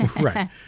Right